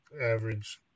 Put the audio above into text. average